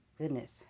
goodness